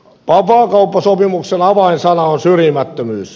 vapaakauppasopimuksen avainsana on syrjimättömyys